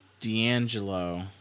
D'Angelo